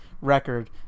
record